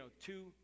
two